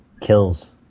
kills